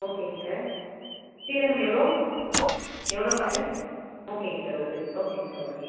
ஓகேங்க சார் சீரகம் எவ்வளோ எவ்வளோங்க சார் ஓகேங்க சார் ஓகே ஓகேங்க சார் ஓகே